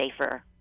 safer